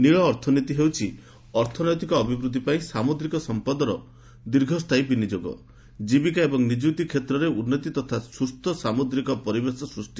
ନୀଳ ଅର୍ଥନୀତି ହେଉଛି ଅର୍ଥନୈତିକ ଅଭିବୃଦ୍ଧି ପାଇଁ ସାମୁଦ୍ରିକ ସମ୍ପଦର ଦୀର୍ଘ ସ୍ଥାୟୀ ବିନିଯୋଗ ଜୀବିକା ଏବଂ ନିଯୁକ୍ତି କ୍ଷେତ୍ରରେ ଉନ୍ନତି ତଥା ସୁସ୍ଥ ସାମୁଦ୍ରିକ ପରିବେଶ ସୃଷ୍ଟି